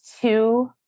two